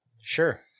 Sure